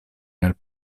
nel